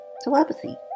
telepathy